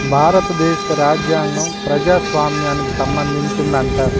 భారతదేశ రాజ్యాంగం ప్రజాస్వామ్యానికి సంబంధించింది అంటారు